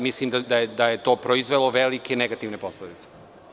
Mislim da je to proizvelo velike negativne posledice.